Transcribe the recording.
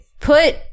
put